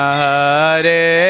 Hare